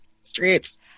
streets